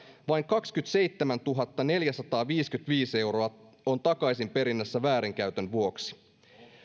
vain kaksikymmentäseitsemäntuhattaneljäsataaviisikymmentäviisi euroa on takaisinperinnässä väärinkäytön vuoksi kun